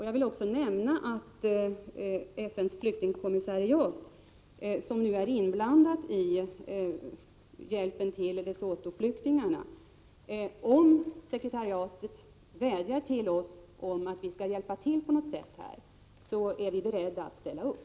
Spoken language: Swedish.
Jag vill också nämna, att om FN:s flyktingkommissariat, som nu är inblandat i hjälpen till Lesothoflyktingarna, vädjar till oss att vi skall hjälpa till på något sätt, är vi beredda att ställa upp.